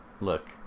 Look